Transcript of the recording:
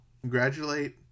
Congratulate